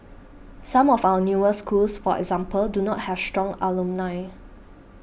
some of our newer schools for example do not have strong alumni